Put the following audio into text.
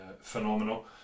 phenomenal